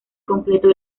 completo